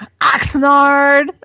Oxnard